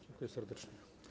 Dziękuję serdecznie.